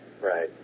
Right